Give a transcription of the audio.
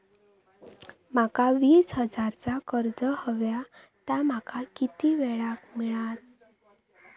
माका वीस हजार चा कर्ज हव्या ता माका किती वेळा क मिळात?